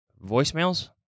voicemails